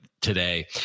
today